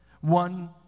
One